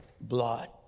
blood